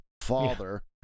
father